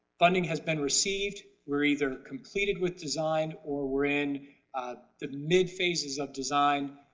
funding has been received we're either completed with design or we're in the mid phases of design.